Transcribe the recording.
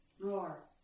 Roar